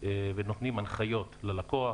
ונותנים הנחיות ללקוח,